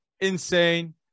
insane